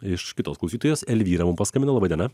iš kitos klausytojas elvyra mum paskambino laba diena